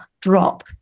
drop